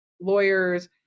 lawyers